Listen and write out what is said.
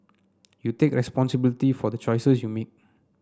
you take responsibility for the choices you make